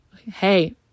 hey